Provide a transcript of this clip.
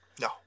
No